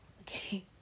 Okay